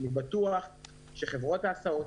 אני בטוח שחברות ההסעות,